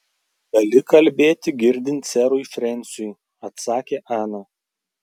gali kalbėti girdint serui frensiui atsakė ana